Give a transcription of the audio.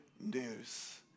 news